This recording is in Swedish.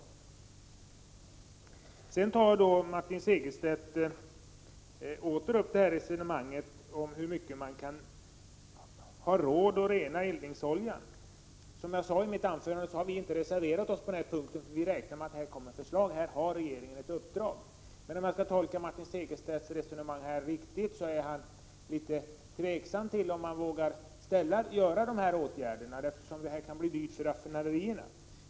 Martin Segerstedt tar sedan åter upp ett resonemang om hur mycket man kan ha råd att rena eldningsoljan. Som jag sade i mitt anförande har vi inte reserverat oss på den punkten. Vi räknar nämligen med att det kommer ett förslag, eftersom regeringen har fått i uppdrag att lägga fram ett sådant. Om jag förstod Martin Segerstedt rätt är han litet tveksam till om det går att vidta de föreslagna åtgärderna, eftersom dessa kan bli dyra för raffinaderierna.